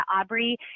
Aubrey